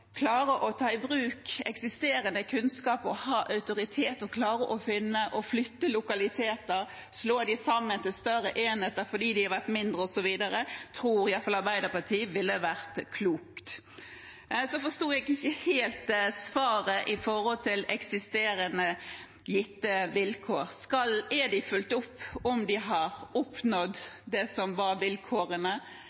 klare å ta i bruk eksisterende kunnskap, ha autoritet, klare å flytte lokaliteter og slå sammen mindre enheter til større, tror i alle fall Arbeiderpartiet ville vært klokt. Jeg forsto ikke helt svaret om eksisterende, gitte vilkår. Har man fulgt opp om de har oppnådd